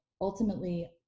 ultimately